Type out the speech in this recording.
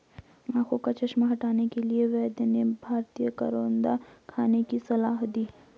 आंखों का चश्मा हटाने के लिए वैद्य ने भारतीय करौंदा खाने की सलाह दी